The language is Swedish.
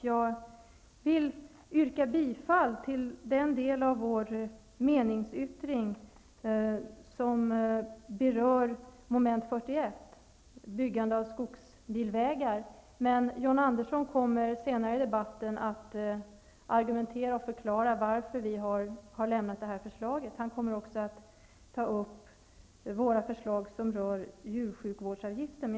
Jag vill yrka bifall till den del av vår meningsyttring som berör mom. 41 Byggande av skogsbilvägar. John Andersson kommer senare i debatten att argumentera och förklara varför vi har lämnat detta förslag. Han kommer också att ta upp våra förslag som rör djursjukvårdsavgiften.